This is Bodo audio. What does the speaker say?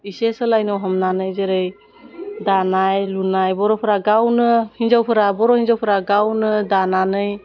एसे सोलायनो हमनानै जेरै दानाय लुनाय बर'फ्रा गावनो हिन्जावफोरा बर' हिन्जावफोरा गावनो दानानै